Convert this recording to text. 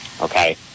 Okay